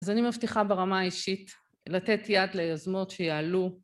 אז אני מבטיחה ברמה האישית לתת יד ליזמות שיעלו.